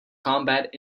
combat